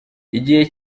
igihe